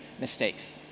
mistakes